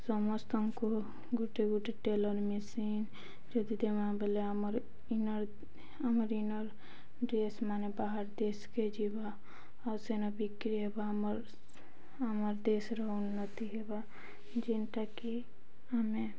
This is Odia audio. ସମସ୍ତଙ୍କୁ ଗୋଟେ ଗୋଟେ ଟେଲର୍ ମେସିନ୍ ଯଦି ଦେମା ବଲେ ଆମର୍ ଇନର୍ ଆମର ଇନର୍ ଡ୍ରେସ୍ ମାନେ ବାହାର ଦେଶକେ ଯିବା ଆଉ ସେନ ବିକ୍ରି ହେବା ଆମର୍ ଆମର୍ ଦେଶର ଉନ୍ନତି ହେବା ଯେନ୍ଟାକି ଆମେ